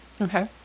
Okay